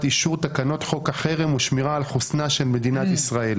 אישור תקנות חוק החרם ושמירה על חוסנה של מדינת ישראל.